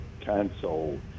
console